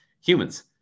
humans